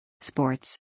Sports